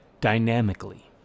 dynamically